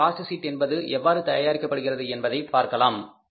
மேலும் cost sheet என்பது எவ்வாறு தயாரிக்கப்படுகிறது என்பதை பார்க்கலாம்